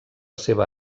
seva